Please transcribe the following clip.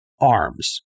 arms